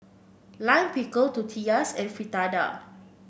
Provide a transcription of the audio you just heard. Lime Pickle Tortillas and Fritada